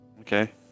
Okay